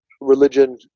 religion